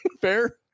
Fair